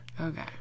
okay